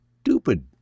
stupid